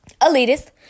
elitist